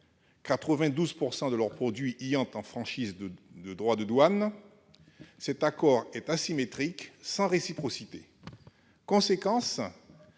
92 % de leurs produits y entrent en franchise de droits de douane, cet accord est asymétrique, sans réciprocité. Conséquence :